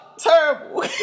terrible